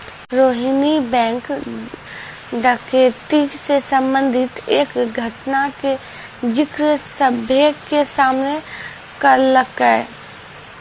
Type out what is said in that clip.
Rohini bank डकैती से संबंधित एक घटना के जिक्र सभ्भे के सामने करलकै